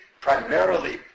primarily